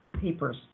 Papers